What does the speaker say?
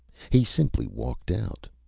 he simply walked out.